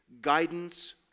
guidance